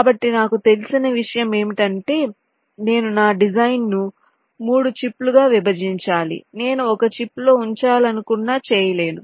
కాబట్టి నాకు తెలిసిన విషయం ఏమిటంటే నేను నా డిజైన్ను 3 చిప్లుగా విభజించాలి నేను 1 చిప్లో ఉంచాలనుకున్నా చెయలేను